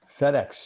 FedEx